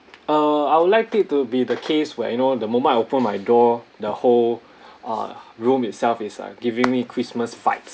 uh I would like it to be the case where you know the moment I open my door the whole uh room itself is like giving me christmas vibes